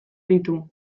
ditu